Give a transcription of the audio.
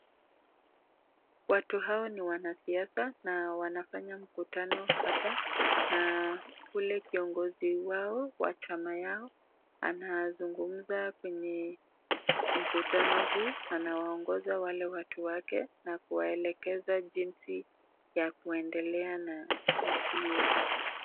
Watu hawa ni wanasiasa na wanafanya mkutano hapa na yule kiongozi wao wa chama yao anazungumza kwenye mkutano huu, anawaongoza wale watu wake na kuwaelekeza jinsi ya kuendelea na nchi yetu.